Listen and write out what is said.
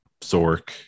Zork